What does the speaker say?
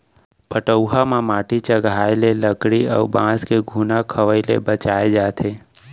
पटउहां म माटी चघाए ले लकरी अउ बांस के घुना खवई ले बचाए जाथे